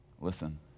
Listen